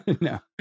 no